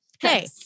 hey